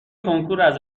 کنکوراز